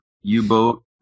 U-boat